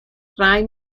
rai